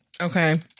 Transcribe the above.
Okay